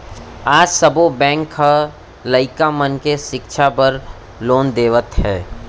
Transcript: आज सब्बो बेंक ह लइका मन के सिक्छा बर लोन देवत हे